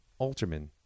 Alterman